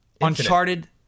Uncharted